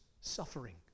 suffering